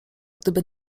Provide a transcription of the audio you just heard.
gdyby